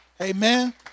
Amen